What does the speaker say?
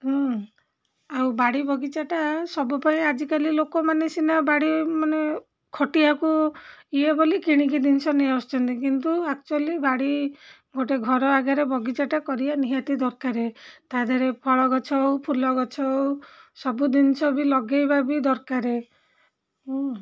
ହୁଁ ଆଉ ବାଡ଼ି ବଗିଚାଟା ସବୁ ପାଇଁ ଆଜିକାଲି ଲୋକମାନେ ସିନା ବାଡ଼ି ମାନେ ଖଟିବାକୁ ଇଏ ବୋଲି କିଣିକି ଜିନିଷ ନେଇ ଆସୁଛନ୍ତି କିନ୍ତୁ ଆକ୍ଚୁଆଲି ବାଡ଼ି ଗୋଟିଏ ଘର ଆଗରେ ବଗିଚାଟା କରିବା ନିହାତି ଦରକାରେ ତା' ଦେହରେ ଫଳ ଗଛ ହଉ ଫୁଲ ଗଛ ହଉ ସବୁ ଜିନିଷ ବି ଲଗେଇବା ବି ଦରକାର